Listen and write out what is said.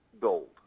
gold